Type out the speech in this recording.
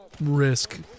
risk